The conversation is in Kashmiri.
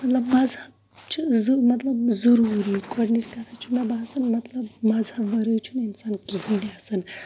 مطلب مزہب چھُ زٕ مطلب ضروٗری گۄڈٕنِچ کَتھ چھِ مےٚ باسان مطلب مَزہب وَرٲے چھُنہٕ اِنسان کِہیٖنۍ آسان